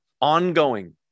ongoing